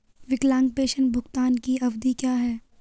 विकलांग पेंशन भुगतान की अवधि क्या है?